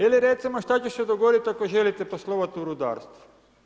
Ili recimo što će se dogoditi ako želite poslovati u rudarstvu?